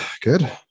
good